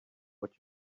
what